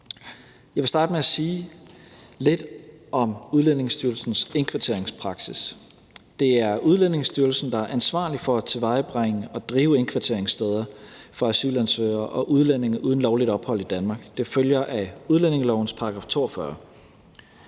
Jeg vil starte med at sige lidt om Udlændingestyrelsens indkvarteringspraksis. Det er Udlændingestyrelsen, der er ansvarlig for at tilvejebringe og drive indkvarteringssteder for asylansøgere og udlændinge uden lovligt ophold i Danmark. Det følger af udlændingelovens § 42.